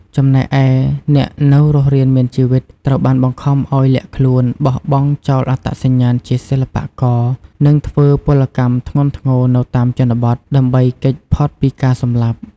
ចំណែកឯអ្នកនៅរស់រានមានជីវិត ត្រូវបាន បង្ខំឱ្យលាក់ខ្លួន បោះបង់ចោលអត្តសញ្ញាណជាសិល្បករ និងធ្វើពលកម្មធ្ងន់ធ្ងរនៅតាមជនបទ ដើម្បីគេចផុតពីការសម្លាប់។